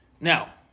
Now